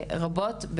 רבות,